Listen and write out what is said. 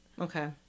Okay